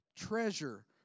treasure